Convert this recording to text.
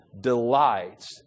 delights